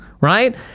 right